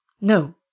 No